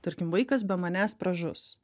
tarkim vaikas be manęs pražus